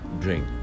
drink